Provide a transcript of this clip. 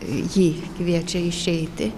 jį kviečia išeiti